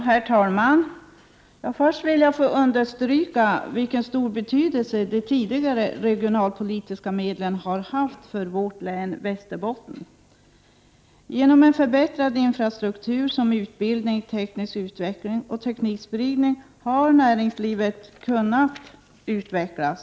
Herr talman! Först vill jag understryka den stora betydelse som de tidigare regionalpolitiska medlen har haft för vårt hemlän, Västerbotten. I och med en förbättrad infrastruktur som innefattar utbildning, teknisk utveckling och teknikspridning har näringslivet kunnat utvecklas.